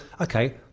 okay